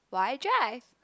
why drive